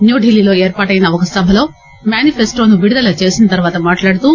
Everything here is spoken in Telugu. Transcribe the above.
న్యూఢిల్లీలో ఏర్పాటైన ఒక సభలో మ్యానిఫెస్లోను విడుదల చేసిన తర్వాత మాట్లాడుతూ